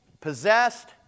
possessed